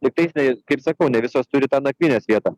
tiktais ne kaip sakau ne visos turi tą nakvynės vietą